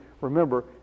remember